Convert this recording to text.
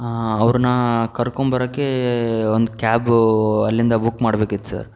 ಅವರನ್ನ ಕರ್ಕೊಂಬರೋಕೆ ಒಂದು ಕ್ಯಾಬು ಅಲ್ಲಿಂದ ಬುಕ್ ಮಾಡ್ಬೇಕಿತ್ತು ಸರ್